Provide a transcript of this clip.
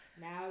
Now